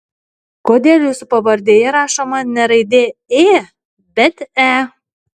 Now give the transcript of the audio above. kodėl jūsų pavardėje rašoma ne raidė ė bet e